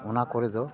ᱚᱱᱟ ᱠᱚᱨᱮ ᱫᱚ